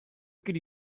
could